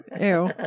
Ew